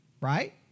right